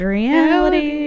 reality